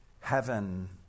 heaven